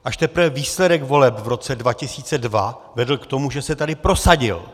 Až teprve výsledek voleb v roce 2002 vedl k tomu, že se tady prosadil.